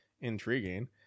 intriguing